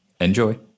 Enjoy